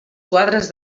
quadres